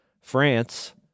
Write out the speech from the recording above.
France